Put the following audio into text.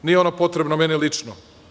Nije ono potrebno meni lično.